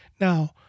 Now